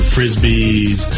Frisbees